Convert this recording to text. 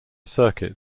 circuit